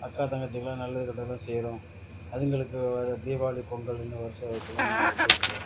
அக்கா தங்கச்சிக்கெல்லாம் நல்லது கெட்டதுலாம் செய்கிறோம் அதுங்களுக்கு வேறு தீபாவளி பொங்கலுன்னு வரிச வைக்கலாம் நம்ம எடுத்துகிட்ருக்கிறோம்